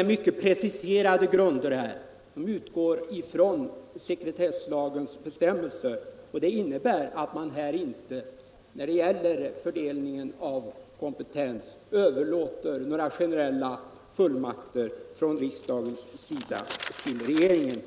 om mycket preciserade grunder, som utgår från sekretesslagens bestämmelser. Det innebär att man när det gäller fördelningen av kompetens inte överlåter några generella fullmakter från riksdagens sida till regeringen.